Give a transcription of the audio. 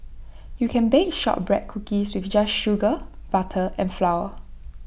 you can bake Shortbread Cookies just with sugar butter and flour